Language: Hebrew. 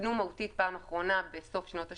ותוקנו מהותית בפעם האחרונה בסוף שנות ה-80.